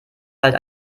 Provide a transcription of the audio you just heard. halt